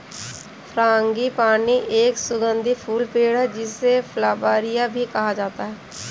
frangipani एक सुगंधित फूल पेड़ है, जिसे प्लंबरिया भी कहा जाता है